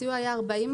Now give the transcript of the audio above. הסיוע היה 40%,